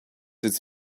its